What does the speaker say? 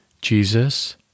Jesus